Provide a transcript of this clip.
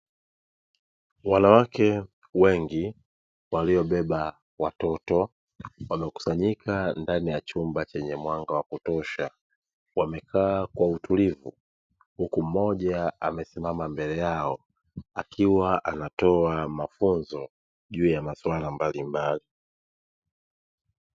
Wanawake wengi waliobeba watoto, wamekusanyika ndani ya chumba chenye mwanga wa kutosha, wamekaa kwa utulivu, huku mmoja amesimama mbele yao, akiwa anatoa mafunzo juu ya maswala mbalimbali.